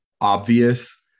obvious